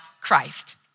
Christ